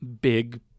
big